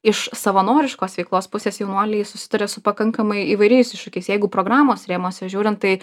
iš savanoriškos veiklos pusės jaunuoliai susiduria su pakankamai įvairiais išūkiais jeigu programos rėmuose žiūrint tai